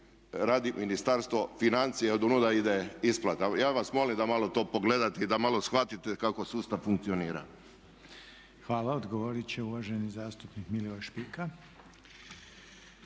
radi Ministarstvo financija i odonuda ide isplata. Ja vas molim da malo to pogledate i da malo shvatite kako sustav funkcionira. **Reiner, Željko (HDZ)** Hvala. Odgovoriti će uvaženi zastupnik Milivoj Špika.